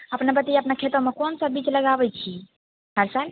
अपने बतैए अपने खेतमे कोन सा बीच लगाबै छी हर साल